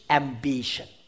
ambition